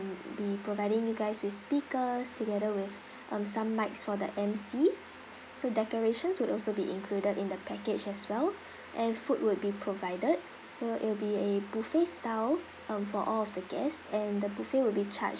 be providing you guys with speakers together with um some mics for the M_C so decorations would also be included in the package as well and food would be provided so it'll be a buffet style um for all of the guests and the buffet will be charged